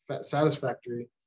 satisfactory